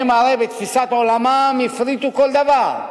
הרי בתפיסת עולמם הם הפריטו כל דבר.